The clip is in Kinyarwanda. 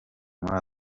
muri